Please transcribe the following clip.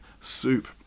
soup